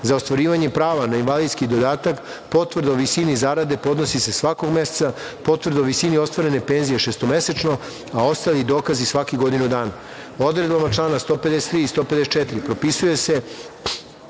Za ostvarivanje prava na invalidski dodatak potvrda o visini zarade podnosi se svakog meseca, potvrda o visini ostvarene penzije šestomesečno, a ostali dokazi svakih godinu dana. Odredbama člana 153. i 154. propisane su